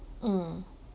mm